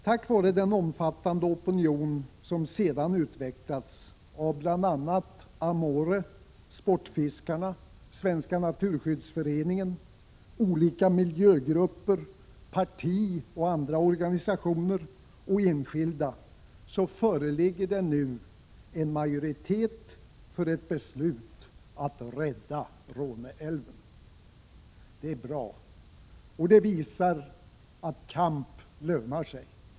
Tack vare den omfattande opinion som sedan utvecklats av bl.a. Amore, Sportfiskarna, Svenska naturskyddsföreningen, olika miljögrupper, politiska partier och andra organisationer och enskilda föreligger nu en majoritet för ett beslut att rädda Råneälven. Det är bra, och det visar att kamp lönar sig!